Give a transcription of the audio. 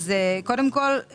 אז קודם כל,